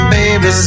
baby